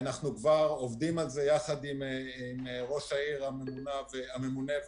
אנחנו כבר עובדים על זה יחד עם ראש העיר הממונה והצוות.